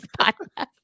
podcast